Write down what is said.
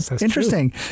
Interesting